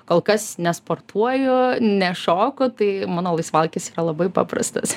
kol kas nesportuoju nešoku tai mano laisvalaikis yra labai paprastas